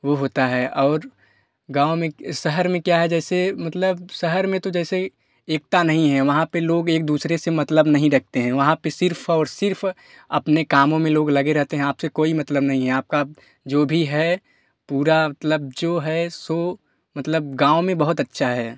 वो होता है और गाँव में शहर में क्या है जैसे मतलब शहर में तो जैसे एकता नहीं है वहाँ पर लोग एक दूसरे से मतलब नहीं रखते हैं वहाँ पर सिर्फ और सिर्फ अपने कामों में लोग लगे रहते हैं आप से कोई मतलब नहीं है आपका जो भी है पूरा मतलब जो है सो मतलब गाँव में बहुत अच्छा है